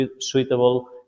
suitable